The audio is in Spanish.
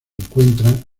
encuentran